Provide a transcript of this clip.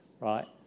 right